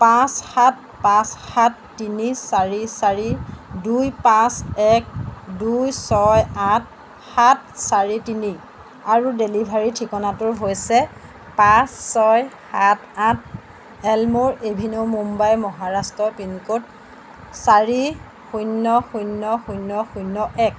পাঁচ সাত পাঁচ সাত তিনি চাৰি চাৰি দুই পাঁচ এক দুই ছয় আঠ সাত চাৰি তিনি আৰু ডেলিভাৰীৰ ঠিকনাটো হৈছে পাঁচ ছয় সাত আঠ Elmer avenue Mumbai Maharashtra pin code চাৰি শূন্য শূন্য শূন্য শূন্য এক